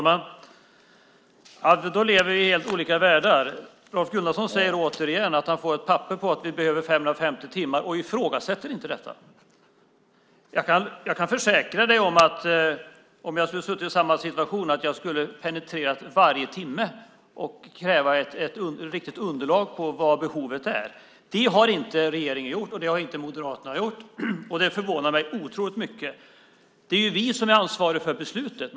Fru talman! Då lever vi i helt olika världar. Rolf Gunnarsson säger återigen att han fått ett papper på att det behövs 550 timmar och ifrågasätter inte detta. Jag kan försäkra dig om att om jag hade suttit i samma situation hade jag penetrerat varje timme och krävt ett riktigt underlag på vad behovet är. Det har inte regeringen gjort och det har inte Moderaterna gjort. Det förvånar mig otroligt mycket. Det är ju vi som är ansvariga för beslutet.